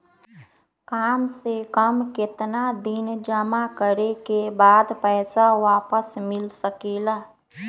काम से कम केतना दिन जमा करें बे बाद पैसा वापस मिल सकेला?